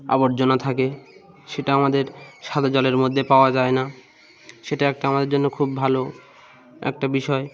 আবর্জনা থাকে সেটা আমাদের সাদা জলের মধ্যে পাওয়া যায় না সেটা একটা আমাদের জন্য খুব ভালো একটা বিষয়